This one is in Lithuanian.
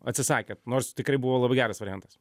atsisakė nors tikrai buvo labai geras variantas